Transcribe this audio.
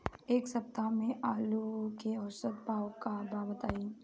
एक सप्ताह से आलू के औसत भाव का बा बताई?